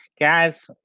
Guys